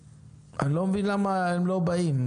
אני לא מבין למה הם לא באים.